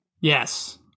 yes